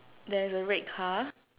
there's a red car